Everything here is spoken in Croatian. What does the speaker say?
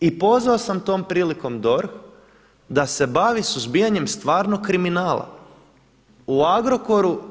I pozvao sam tom prilikom DORH da se bavi suzbijanjem stvarnog kriminala u Agrokoru.